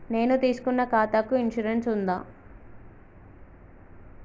నేను తీసుకున్న ఖాతాకి ఇన్సూరెన్స్ ఉందా?